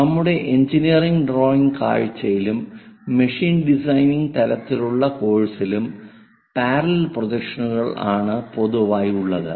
നമ്മുടെ engineering drawing കോഴ്സിലും machine designing തരത്തിലുള്ള കോഴ്സിലും പാരലൽ പ്രൊജക്ഷനുകൾ ആണ് പൊതുവായുള്ളത്